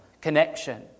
connection